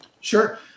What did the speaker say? Sure